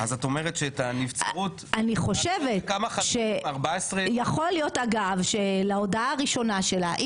אז את אומר שאת הנבצרות -- יכול להיות אגב שלהודעה הראשונה שלה,